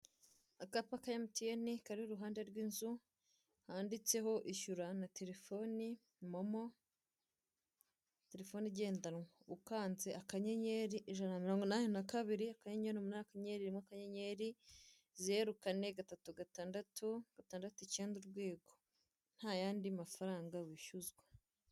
Akapa ka MTN kari iruhande rw'inzu, handitseho ishyura na telefoni, Momo, telefone igendanwa ukanze akanyenyeri, ijana na mirongo inani na kabiri, kanyenyeri, umunani, akanyenyeri, rimwe, akanyenyeri zeru, kane, gatatu, gatandatu, gatandatu, icyenda urwego, nta yandi mafaranga wishyuzwa.